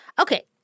Okay